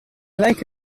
like